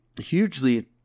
hugely